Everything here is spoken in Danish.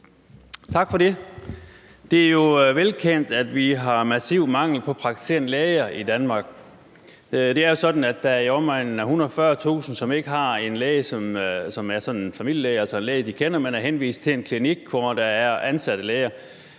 Tak for det. Det er jo velkendt, at vi har en massiv mangel på praktiserende læger i Danmark. Det er sådan, at der er i omegnen af 140.000, som ikke har en læge, som er en familielæge, altså en læge, de kender, men er henvist til en klinik, hvor der er ansatte læger,